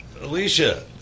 Alicia